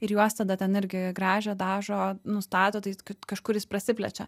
ir juos tada ten irgi gražo dažo nu stato tai kad kažkuris prasiplečia